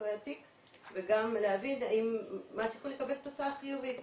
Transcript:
וגם להבין מה הסיכוי לקבל תוצאה חיובית.